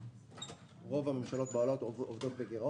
רוב הממשלות בעולם עובדות בגירעון